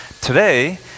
Today